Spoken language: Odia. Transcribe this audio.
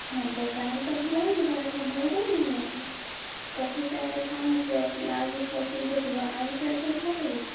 ହଁ ତ ତାହଲେ ତ ଭଲ ହେଇଯିବା କଥା ଭଲ କାଇଁକି ହେଇନି ତ ଠିକ୍ ଟାଇମ୍ରେ ଖାଉ ନଥିବ କି ଆଉ କିଛି ଅସୁବିଧା ଥିବ ଆଉ କିଛି ଇଆଡ଼ୁସାଡ଼ୁ ଖାଉଛ କି